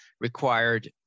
required